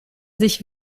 sich